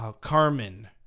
Carmen